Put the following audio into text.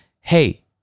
hey